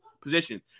position